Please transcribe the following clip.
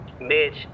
Bitch